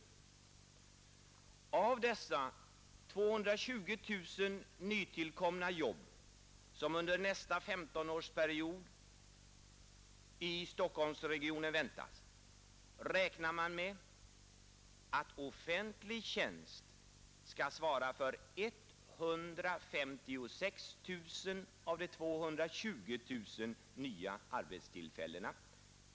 Av dessa 220 000 nytillkomna jobb skall offentlig tjänst svara för 156 000.